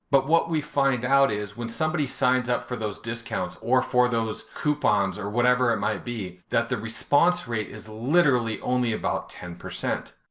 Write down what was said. but what we find out is, when somebody signs up for those discounts, or for those coupons, or whatever it might be, that the response rate is literally only about ten. hi,